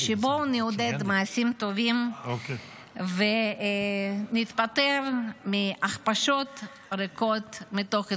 בואו נעודד מעשים טובים וניפטר מהכפשות ריקות מתוכן